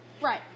Right